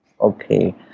Okay